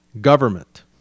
government